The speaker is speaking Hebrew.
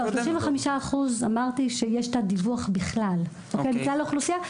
לא, 35% אמרתי שיש תת דיווח מכלל האוכלוסייה.